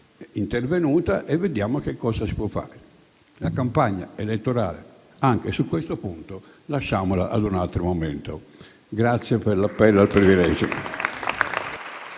intervenuta e vediamo che cosa si può fare, lasciando la campagna elettorale su questo punto ad un altro momento. Grazie per l'appello al privilegio.